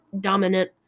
dominant